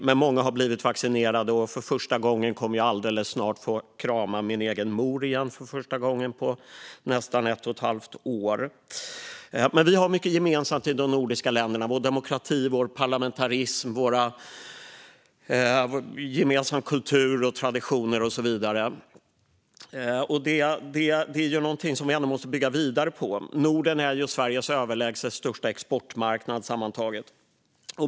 Många har dock blivit vaccinerade, och alldeles snart kommer jag att få krama min egen mor igen för första gången på nästan ett och ett halvt år. Vi har mycket gemensamt i de nordiska länderna, exempelvis vår demokrati, vår parlamentarism, gemensam kultur och gemensamma traditioner. Detta är någonting som vi måste bygga vidare på. Norden är ju sammantaget Sveriges överlägset största exportmarknad.